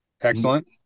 Excellent